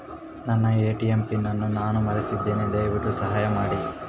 ನನ್ನ ATM pin ಅನ್ನು ನಾನು ಮರೆತಿದ್ದೇನೆ, ದಯವಿಟ್ಟು ಸಹಾಯ ಮಾಡಿ